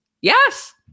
Yes